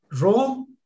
Rome